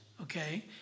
okay